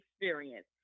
experience